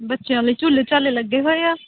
ਬੱਚਿਆਂ ਲਈ ਝੂਲੇ ਝਾਲੇ ਲੱਗੇ ਹੋਏ ਆ